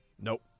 Nope